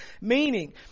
Meaning